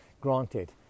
granted